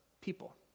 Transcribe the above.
people